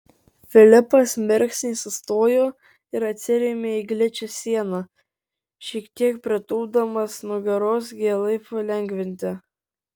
filipas mirksnį sustojo ir atsirėmė į gličią sieną šiek tiek pritūpdamas nugaros gėlai palengvinti